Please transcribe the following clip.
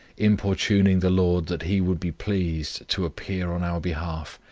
importuning the lord that he would be pleased to appear on our behalf,